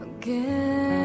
again